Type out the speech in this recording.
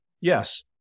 Yes